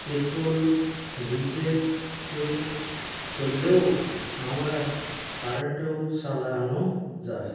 petrol diesel এ চললেও আমরা কারেন্টেও ছালানো যায়